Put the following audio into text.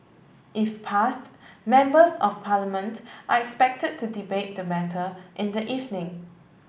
if passed Members of Parliament are expected to debate the matter in the evening